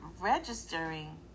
registering